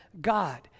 God